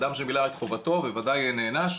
אדם שמילא את חובתו וודאי נענש,